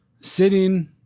sitting